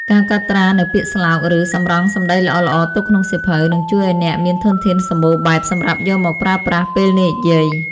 ការកត់ត្រានូវពាក្យស្លោក ឬសម្រង់សម្ដីល្អៗទុកក្នុងសៀវភៅ នឹងជួយឱ្យអ្នកមានធនធានសម្បូរបែបសម្រាប់យកមកប្រើប្រាស់ពេលនិយាយ។